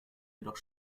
jedoch